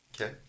Okay